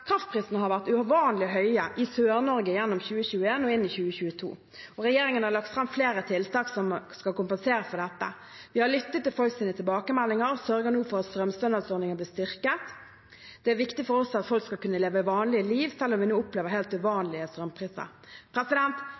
Kraftprisene har vært uvanlig høye i Sør-Norge gjennom 2021 og inn i 2022. Regjeringen har lagt fram flere tiltak som skal kompensere for dette. Vi har lyttet til folks tilbakemeldinger og sørger nå for at strømstønadsordningen blir styrket. Det er viktig for oss at folk skal kunne leve et vanlig liv selv om vi nå opplever helt uvanlige strømpriser.